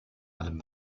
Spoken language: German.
allem